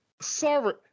sorry